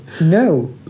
no